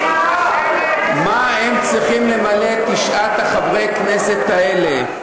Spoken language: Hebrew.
מה הם צריכים למלא, תשעת חברי הכנסת האלה?